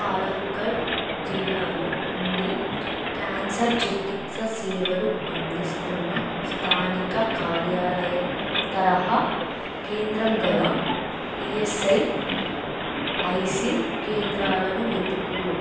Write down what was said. పాలక్కడ్ జిల్లాలో ఉండి క్యాన్సర్ చికిత్స సేవలు అందిస్తున్న స్థానిక కార్యాలయం తరహా కేంద్రం గల ఈఎస్ఐఐసి కేంద్రాలను వెతుకుము